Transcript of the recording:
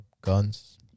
guns